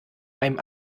einem